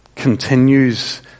continues